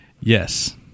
Yes